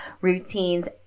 routines